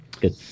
Good